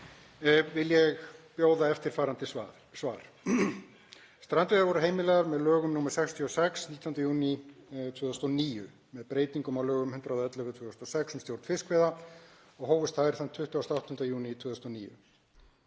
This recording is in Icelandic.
vil ég bjóða eftirfarandi svar: Strandveiðar voru heimilaðar með lögum nr. 66, 19. júní 2009, með breytingum á lögum 111/2006, um stjórn fiskveiða, og hófust þann 28. júní 2009.